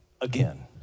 again